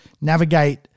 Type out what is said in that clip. navigate